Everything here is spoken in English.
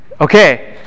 Okay